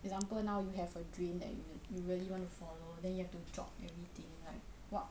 example now you have a dream that you will you really want to follow then you have to drop everything like what